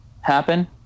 happen